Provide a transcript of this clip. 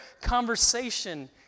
conversation